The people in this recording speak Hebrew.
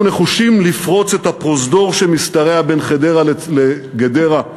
אנחנו נחושים לפרוץ את הפרוזדור שמשתרע בין חדרה לגדרה,